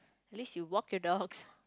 at least you walk your dog